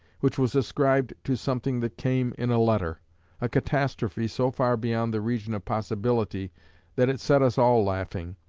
which was ascribed to something that came in a letter a catastrophe so far beyond the region of possibility that it set us all laughing,